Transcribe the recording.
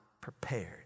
prepared